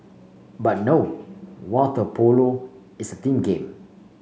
but no water polo is team game